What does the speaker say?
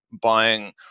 buying